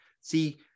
See